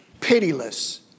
pitiless